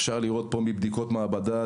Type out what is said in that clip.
אפשר לראות פה מבדיקות מעבדה,